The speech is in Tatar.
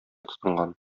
тотынган